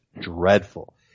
dreadful